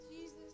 Jesus